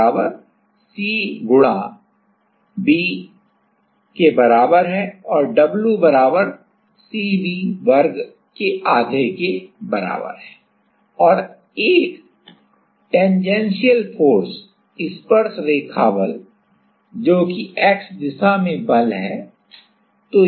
अब Q C गुणा V के बराबर है और W CV वर्ग के आधे के बराबर है दो प्लेटों के बीच कैपेसिटेंस और एक tangential force स्पर्शरेखा बल जोकि x दिशा में बल है